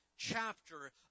chapter